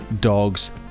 dogs